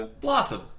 Blossom